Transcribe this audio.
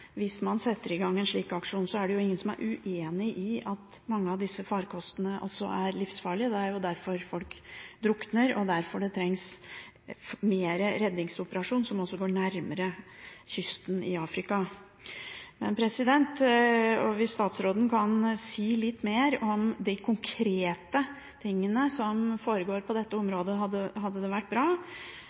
hvis man setter i gang en slik aksjon. Så er det ingen som er uenig i at mange av disse farkostene er livsfarlige. Det er jo derfor folk drukner og derfor det trengs flere redningsoperasjoner som går nærmere kysten av Afrika. Hvis statsråden kan si litt mer om de konkrete tingene som foregår på dette området, hadde det vært bra.